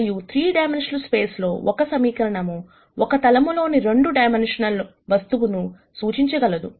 మరియు 3 dimensional space లో ఒక సమీకరణము ఒక తలము లోని 2 డైమెన్షనల్ వస్తువును సూచించగలదు